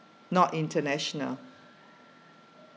not international